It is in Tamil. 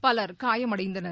பலர் காயமடைந்தனர்